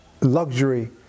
Luxury